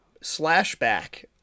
Slashback